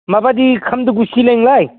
माबायदि खालामदो बेसि नोंलाय